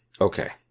okay